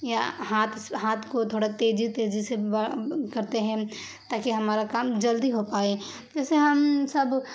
یا ہاتھ ہاتھ کو تھوڑا تیزی تیزی سے کرتے ہیں تاکہ ہمارا کام جلدی ہو پائے جیسے ہم سب